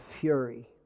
fury